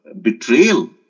betrayal